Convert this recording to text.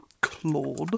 Claude